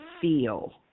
feel